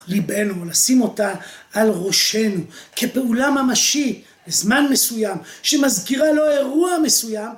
ליבנו, לשים אותה על ראשנו, כפעולה ממשית, בזמן מסוים, שמסגירה לו אירוע מסוים.